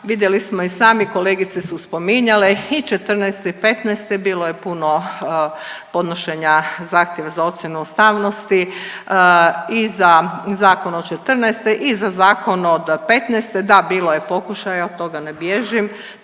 Vidjeli smo i sami, kolegice su spominjale i '14. i '15. bilo je puno podnošenja zahtjeva za ocjenu ustavnosti i za Zakon od '14. i za Zakon od '15., da bilo je pokušaja, od toga ne bježim,